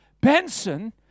Benson